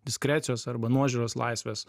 diskrecijos arba nuožiūros laisvės